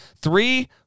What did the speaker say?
Three